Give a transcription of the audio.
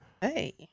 Hey